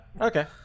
okay